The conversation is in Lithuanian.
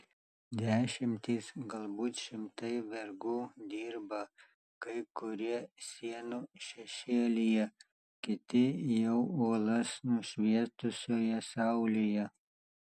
dešimtys galbūt šimtai vergų dirba kai kurie sienų šešėlyje kiti jau uolas nušvietusioje saulėje